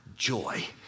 joy